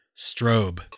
strobe